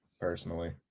Personally